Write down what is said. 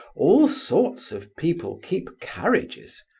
all sorts of people keep carriages.